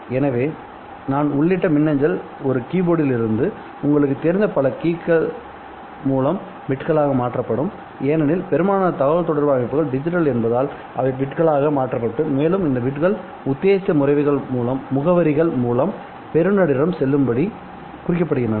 எனவே நான் உள்ளிட்ட மின்னஞ்சல் ஒரு கீ போர்டில் இருந்து உங்களுக்குத் தெரிந்த பல கீகள் மூலம் பிட்களாக மாற்றப்படும் ஏனெனில் பெரும்பாலான தகவல்தொடர்பு அமைப்புகள் டிஜிட்டல் என்பதால் அவை பிட்களாக மாற்றப்படும் மேலும் இந்த பிட்கள் உத்தேசித்த முகவரிகள் மூலம் பெறுநரிடம் செல்லும்படி குறிக்கப்படுகின்றன